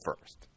first